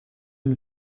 une